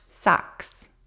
socks